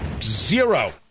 zero